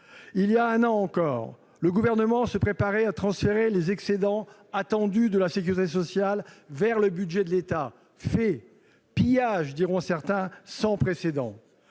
Il y a un an encore, le Gouvernement se préparait à transférer les excédents attendus de la sécurité sociale vers le budget de l'État, fait- « pillage », diront certains -sans précédent.